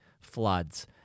floods